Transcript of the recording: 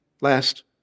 last